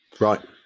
Right